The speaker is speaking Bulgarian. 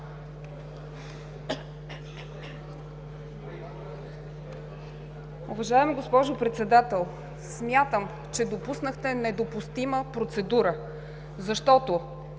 Уважаема госпожо Председател! Смятам, че допуснахте недопустима процедура. Няма